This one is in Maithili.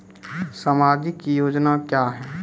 समाजिक योजना क्या हैं?